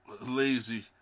lazy